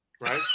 Right